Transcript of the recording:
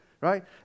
right